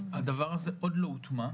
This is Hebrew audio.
הדבר הזה עוד לא הוטמע.